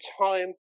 time